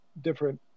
different